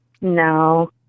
No